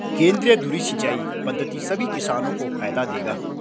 केंद्रीय धुरी सिंचाई पद्धति सभी किसानों को फायदा देगा